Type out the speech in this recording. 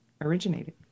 originated